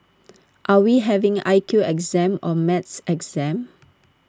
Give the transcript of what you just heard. are we having I Q exam or maths exam